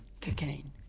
Cocaine